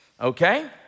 okay